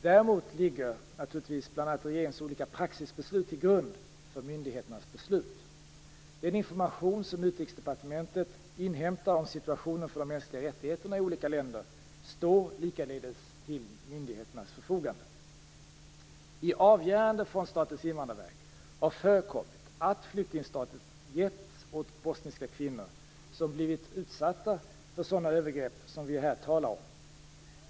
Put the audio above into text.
Däremot ligger naturligtvis bl.a. regeringens olika praxisbeslut till grund för myndigheternas beslut. Den information som Utrikesdepartementet inhämtar om situationen för de mänskliga rättigheterna i olika länder står likaledes till myndigheternas förfogande. I avgöranden från Statens invandrarverk har förekommit att flyktingstatus getts åt bosniska kvinnor som blivit utsatta för sådana övergrepp som vi här talar om.